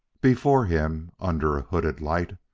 before him, under a hooded light,